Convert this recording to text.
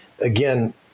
Again